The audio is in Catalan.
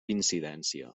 incidència